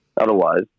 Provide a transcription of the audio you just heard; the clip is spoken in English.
Otherwise